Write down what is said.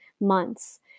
months